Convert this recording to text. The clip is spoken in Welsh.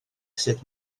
sut